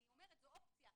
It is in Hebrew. אני אומרת שזו אופציה,